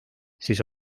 siis